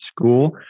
School